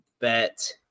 bet